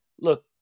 look